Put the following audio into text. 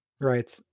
right